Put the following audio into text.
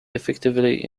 effectively